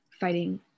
fighting